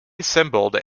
assembled